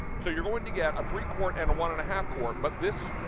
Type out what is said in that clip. so you are going to get a three quart and a one and a half quart, but this